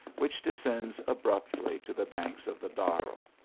which descends ab rupily to the banks of the darro.